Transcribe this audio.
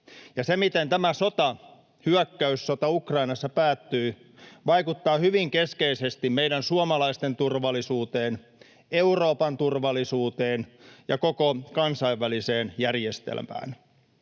ja se, miten tämä sota, hyök-käyssota Ukrainassa, päättyy, vaikuttaa hyvin keskeisesti meidän suomalaisten turvallisuuteen, Euroopan turvallisuuteen ja koko kansainväliseen järjestelmään.